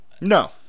No